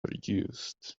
reduced